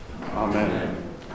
Amen